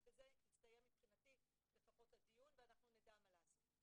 אז מבחינתי הסתיים הדיון נדע מה לעשות.